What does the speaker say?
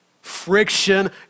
Friction